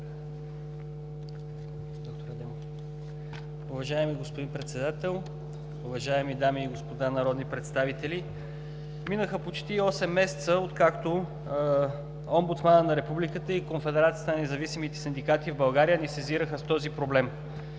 Уважаеми господин Председател, уважаеми дами и господа народни представители, минаха почти осем месеца, откакто омбудсманът на Републиката и Конфедерацията на независимите синдикати в България (КНСБ) ни сезираха с този проблем.